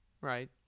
right